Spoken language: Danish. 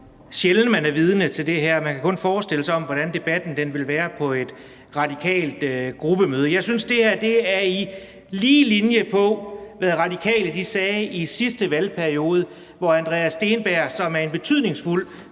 Man kan kun forestille sig, hvordan debatten ville være på et radikalt gruppemøde. Jeg synes, at det her er i lige linje med, hvad Radikale sagde i sidste valgperiode, hvor hr. Andreas Steenberg, som er et betydningsfuldt